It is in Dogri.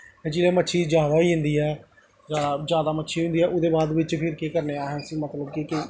ते जेल्लै मच्छी जादा होई जंदी ऐ जादा जादा मच्छी होई जंदी ऐ ओह्दे बाद बिच्च अस केह् करने आं कि मतलब कि